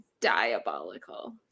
diabolical